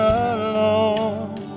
alone